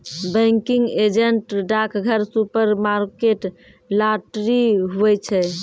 banking agent डाकघर, supermarket, lottery, हुवै छै